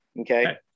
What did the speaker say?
okay